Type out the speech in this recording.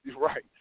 right